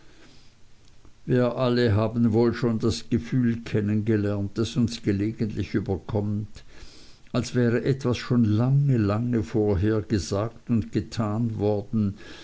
wir alle haben wohl schon das gefühl kennen gelernt das uns gelegentlich überkommt als wäre etwas schon lange lange vorher gesagt und getan worden